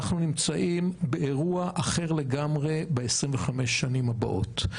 אנחנו נמצאים באירוע אחר לגמרי ב-25 שנים הבאות.